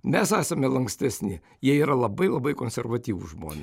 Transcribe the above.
mes esame lankstesni jie yra labai labai konservatyvūs žmonės